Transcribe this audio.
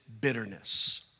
bitterness